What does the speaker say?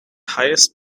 highest